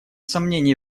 сомнений